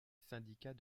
syndicats